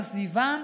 לסביבה,